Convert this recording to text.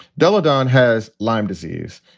della don has lyme disease,